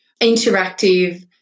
interactive